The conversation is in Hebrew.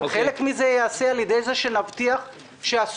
חלק מזה ייעשה על ידי שנבטיח שהסוכנים